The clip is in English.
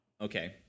okay